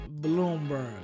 Bloomberg